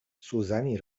سوزنی